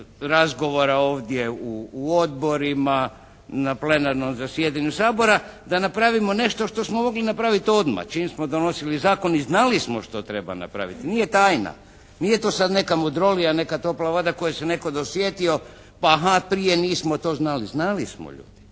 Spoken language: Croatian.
razgovora ovdje u odborima na plenarnom zasjedanju Sabora da napravimo nešto što smo mogli napraviti odma čim smo donosili zakon i znali smo što treba napraviti. Nije tajna, nije to sad neka mudrolija, neka topla voda koje se je netko dosjetio pa aha, prije nismo to znali. Znali smo ljudi.